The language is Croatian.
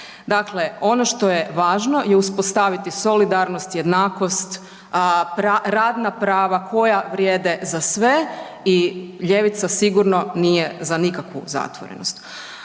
Dakle, ono što je važno je uspostaviti solidarnost, jednakost, a .../nerazumljivo/... radna prava koja vrijede za sve i ljevica sigurno nije za nikakvu zatvorenost.